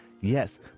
yes